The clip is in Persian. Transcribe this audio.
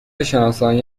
شناسایی